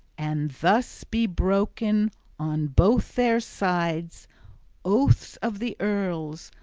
and thus be broken on both their sides oaths of the earls,